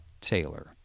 Taylor